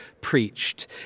preached